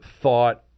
thought